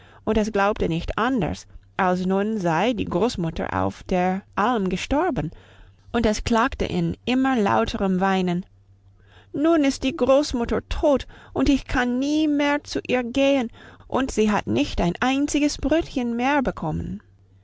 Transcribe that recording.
und es glaubte nicht anders als nun sei die großmutter auf der alm gestorben und es klagte in immer lauterem weinen nun ist die großmutter tot und ich kann nie mehr zu ihr gehen und sie hat nicht ein einziges brötchen mehr bekommen